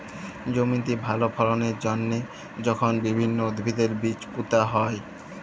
জমিতে ভাল ফললের জ্যনহে যখল বিভিল্ল্য উদ্ভিদের বীজ পুঁতা হ্যয়